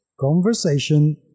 conversation